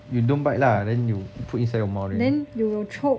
you don't bite lah then you put inside your mouth already